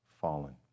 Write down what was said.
fallen